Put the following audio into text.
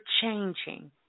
changing